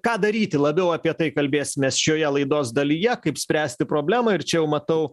ką daryti labiau apie tai kalbėsimės šioje laidos dalyje kaip spręsti problemą ir čia jau matau